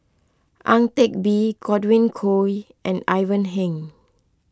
Ang Teck Bee Godwin Koay and Ivan Heng